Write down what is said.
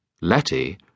Letty